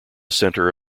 centre